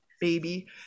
baby